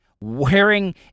wearing